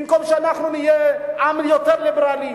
במקום שאנחנו נהיה עם יותר ליברלי,